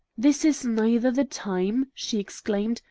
this is neither the time, she exclaimed,